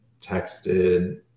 texted